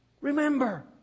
Remember